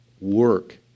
work